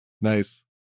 Nice